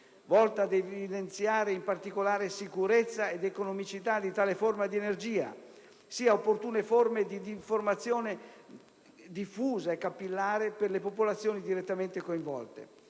volta ad evidenziare in particolare sicurezza ed economicità di tale forma di energia, sia opportune forme di informazione diffusa e capillare per le popolazioni direttamente coinvolte.